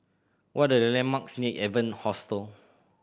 what are the landmarks near Evan Hostel